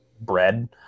bread